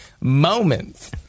moments